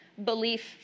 belief